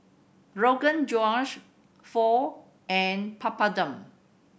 Rogan Josh Pho and Papadum